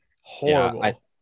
Horrible